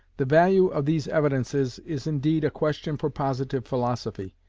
the value of these evidences is indeed a question for positive philosophy,